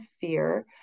fear